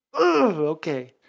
okay